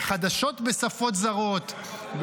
בחדשות בשפות זרות,